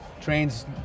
trains